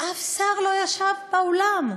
ואף שר אחד לא ישב באולם.